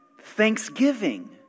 Thanksgiving